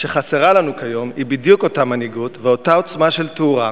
מה שחסרה לנו כיום היא בדיוק אותה מנהיגות ואותה עוצמה של תאורה